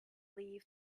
leave